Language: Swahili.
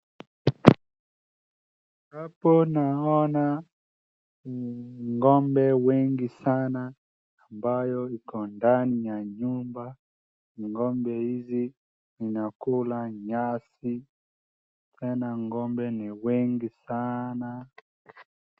Hapo naona ng'ombe wengi sana ambayo iko ndani ya nyumba ng'ombe hizi inakula nyasi tena ng'ombe ni wengi sana.